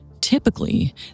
Typically